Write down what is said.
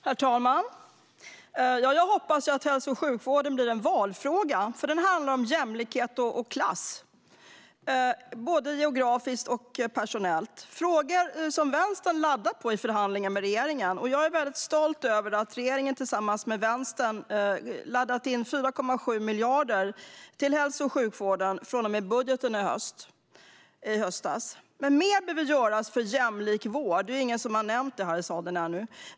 Herr talman! Jag hoppas att hälso och sjukvården blir en valfråga, för den handlar om jämlikhet och klass - både geografiskt och personellt. Det här är frågor som Vänstern laddat på i förhandlingar med regeringen, och jag är väldigt stolt över att regeringen tillsammans med Vänstern laddat in 4,7 miljarder till hälso och sjukvården från och med budgeten i höstas. Men mer behöver göras för en jämlik vård. Det är ingen som har nämnt det här i salen ännu.